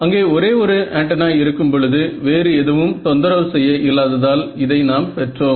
அங்கே ஒரே ஒரு ஆண்டனா இருக்கும் பொழுது வேறு எதுவும் தொந்தரவு செய்ய இல்லாததால் இதை நாம் பெற்றோம்